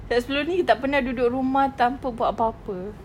sebab sebelum ini you tak pernah duduk rumah tanpa buat apa-apa